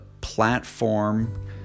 platform